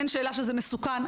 אין שאלה שזה מסוכן,